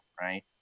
right